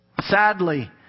Sadly